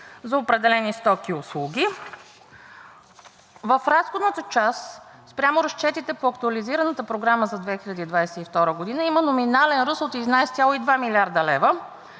за определени стоки и услуги. В разходната част спрямо разчетите по актуализираната програма за 2022 г. има номинален ръст от 11,2 млрд. лв.